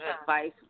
advice